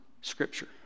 Scripture